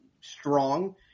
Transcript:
strong